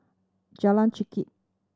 Jalan Chengkek